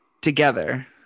together